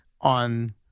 on